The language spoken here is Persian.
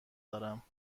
دارم